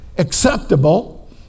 acceptable